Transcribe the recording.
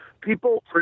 people